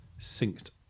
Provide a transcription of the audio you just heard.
synced